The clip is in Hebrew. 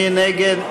מי נגד?